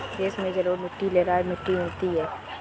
देश में जलोढ़ मिट्टी लेटराइट मिट्टी मिलती है